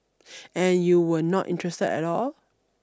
and you were not interested at all